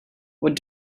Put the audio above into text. what